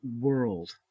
world